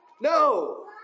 No